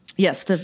Yes